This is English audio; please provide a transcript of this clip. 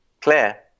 Claire